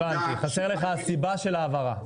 הבנתי, חסרה לך הסיבה של ההעברה.